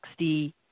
60